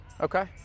Okay